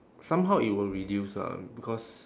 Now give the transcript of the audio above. somehow it will reduce lah because